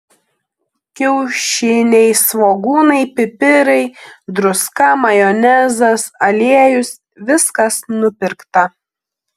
kiaušiniai svogūnai pipirai druska majonezas aliejus viskas nupirkta